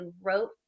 wrote